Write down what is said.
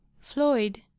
floyd